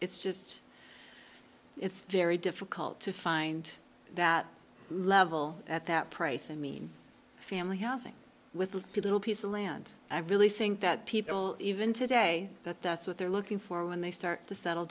it's just it's very difficult to find that level at that price i mean family housing with a beautiful piece of land i really think that people even today that that's what they're looking for when they start to settle